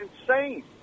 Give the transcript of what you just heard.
insane